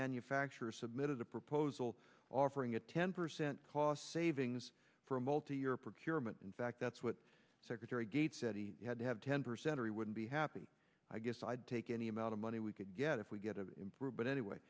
manufacturer submitted a proposal offering a ten percent cost savings for a multi year procurement in fact that's what secretary gates said he had to have ten percent or he would be happy i guess i'd take any amount of money we could get if we get to improve but anyway